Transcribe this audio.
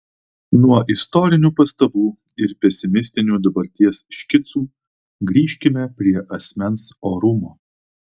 nuo istorinių pastabų ir pesimistinių dabarties škicų grįžkime prie asmens orumo